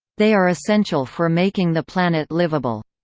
they are essential for making the planet livable.